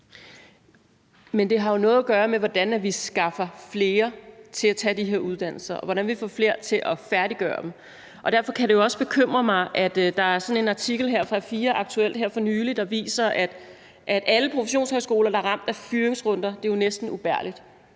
Men det har jo noget at gøre med, hvordan vi skaffer flere personer til at tage de her uddannelser, og hvordan vi får flere til at færdiggøre dem. Og derfor kan det også bekymre mig, at der er en artikel fra A4 Aktuelt fra her for nylig, hvor der står: »Alle professionshøjskoler ramt af fyringsrunder: »Det er jo næsten ubærligt««.